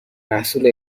محصول